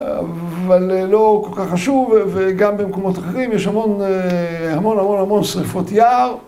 אבל לא כל כך חשוב וגם במקומות אחרים יש המון המון המון המון שריפות יער